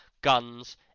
guns